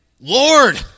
Lord